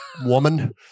woman